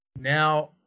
Now